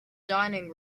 dining